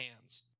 hands